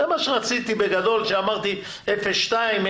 זה מה שרציתי בגדול כשאמרתי 0.2%,